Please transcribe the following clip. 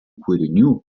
kūrinių